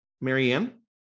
Marianne